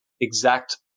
exact